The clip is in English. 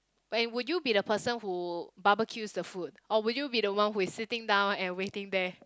and would you be the person who barbecues the food or would you be the one who is sitting down and waiting there